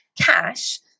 cash